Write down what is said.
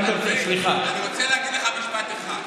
אני רוצה להגיד לך משפט אחד: